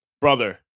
brother